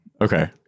Okay